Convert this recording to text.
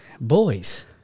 boys